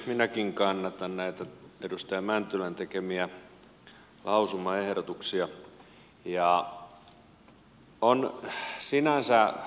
minäkin kannatan näitä edustaja mäntylän tekemiä lausumaehdotuksia